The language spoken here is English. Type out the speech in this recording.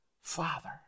father